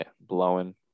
blowing